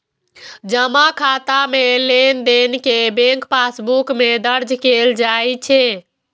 जमा खाता मे लेनदेन कें बैंक पासबुक मे दर्ज कैल जाइ छै